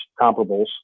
comparables